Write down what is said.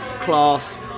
class